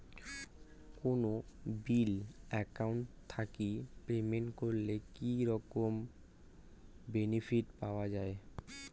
কোনো bill account থাকি payment করলে কি রকম বেনিফিট পাওয়া য়ায়?